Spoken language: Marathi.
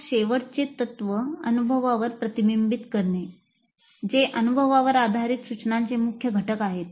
मग शेवटचे तत्व अनुभवावर प्रतिबिंबित करणे जे अनुभवावर आधारित सूचनांचे मुख्य घटक आहेत